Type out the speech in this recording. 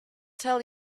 tell